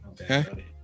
Okay